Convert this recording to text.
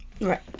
Right